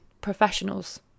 professionals